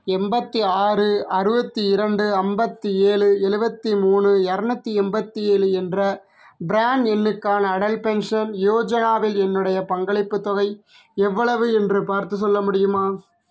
எண்பத்தி ஆறு அறுபத்தி இரண்டு ஐம்பத்தி ஏழு எழுபத்தி மூணு இரநூத்தி எண்பத்தி ஏழு என்ற பிரான் எண்ணுக்கான அடல் பென்ஷன் யோஜனாவில் என்னுடைய பங்களிப்புத் தொகை எவ்வளவு என்று பார்த்துச் சொல்ல முடியுமா